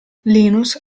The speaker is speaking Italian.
linus